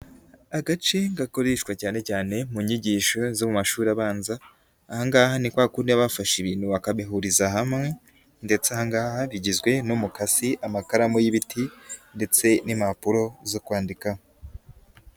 Agace gakoreshwa cyane cyane mu nyigisho zo mu mashuri abanza, aha ngaha ni kwa kundi baba bafashe ibintu bakabihuriza hamwe ndetse aha ngaha bigizwe n'umukasi, amakaramu y'ibiti ndetse n'impapuro zo kwandikaho.